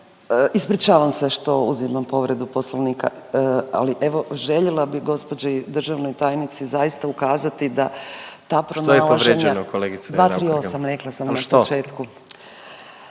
ispričavam se što uzimam povredu Poslovnika, ali evo željela bi gospođi državnoj tajnici zaista ukazati da… …/Upadica predsjednik: Što je povrijeđeno kolegice Raukar Gamulin?/… 238. rekla sam na početku.